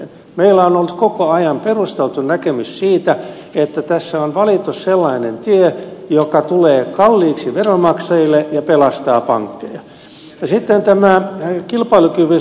meillä on ollut koko ajan perusteltu näkemys siitä että tässä on valittu sellainen tie joka tulee kalliiksi veronmaksajille ja pelastaa pankkeja